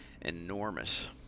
enormous